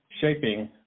shaping